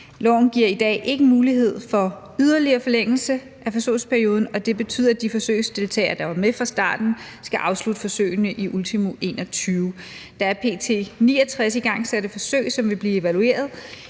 Loven giver i dag ikke mulighed for yderligere forlængelse af forsøgsperioden, og det betyder, at de forsøgsdeltagere, der var med fra starten, skal afslutte forsøgene i ultimo 2021. Der er p.t. 69 igangsatte forsøg, som vil blive evalueret